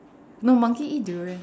no monkey eat durian